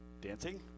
dancing